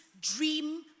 dream